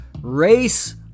race